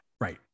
Right